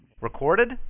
recorded